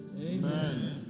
Amen